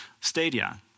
stadia